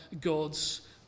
God's